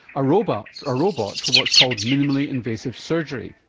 ah robot ah robot for what's called minimally invasive surgery,